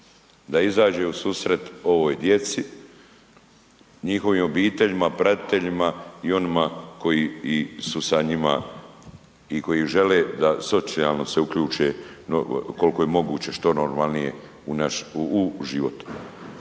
da izađe u susret ovoj djeci, njihovim obiteljima, pratiteljima i onima koji su sa njima i koji žele da socijalno se uključe koliko je moguće što normalnije u život.